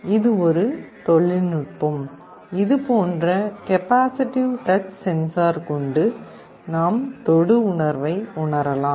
இது ஒரு தொழில்நுட்பம் இதுபோன்ற கெபாசிட்டிவ் டச் சென்சார் கொண்டு நாம் தொடு உணர்வை உணரலாம்